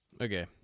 okay